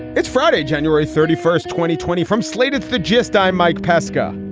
it's friday, january thirty, first twenty twenty from slate's the gist. i'm mike pesca.